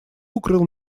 укрыл